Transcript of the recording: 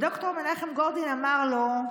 ד"ר מנחם גורדין אמר לו: